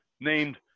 named